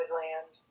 land